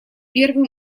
первым